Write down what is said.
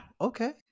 okay